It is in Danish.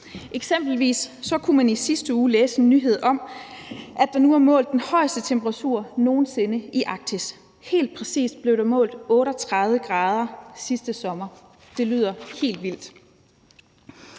Eksempelvis kunne man i sidste uge læse en nyhed om, at der nu er målt den højeste temperatur nogen sinde i Arktis. Helt præcis blev der målt 38 grader sidste sommer – det lyder helt vildt.